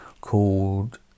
called